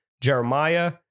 Jeremiah